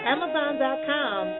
Amazon.com